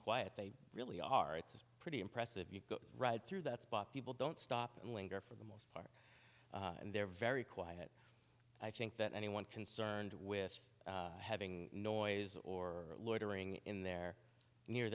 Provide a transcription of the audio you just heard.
quiet they really are it's pretty impressive you ride through that spot people don't stop and linger for the most and they're very quiet i think that anyone concerned with having noise or loitering in there near